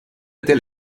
tel